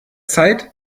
zeit